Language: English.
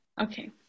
Okay